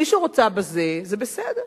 מי שרוצה בזה, זה בסדר.